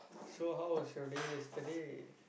so how was your day yesterday